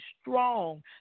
strong